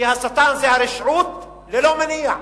כי השטן זה הרשעות ללא מניע,